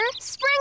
Spring